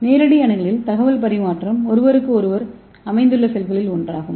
நேரடி அணுகலில் தகவல் பரிமாற்றம் ஒருவருக்கொருவர் அமைந்துள்ள செல்களில் ஒன்றாகும்